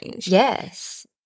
Yes